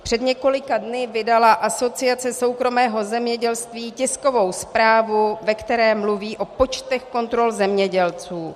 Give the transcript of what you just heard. Před několika dny vydala Asociace soukromého zemědělství tiskovou zprávu, ve které mluví o počtech kontrol zemědělců.